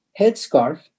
headscarf